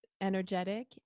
energetic